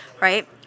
right